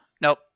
Nope